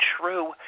true